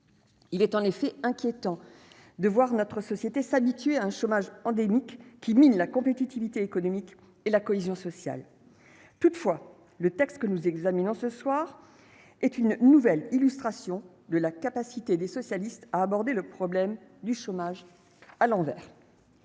il est en effet inquiétant de voir notre société s'habituer à un chômage endémique qui mine la compétitivité économique et la cohésion sociale, toutefois, le texte que nous examinons ce soir est une nouvelle illustration de la capacité des socialistes a abordé le problème du chômage à l'envers.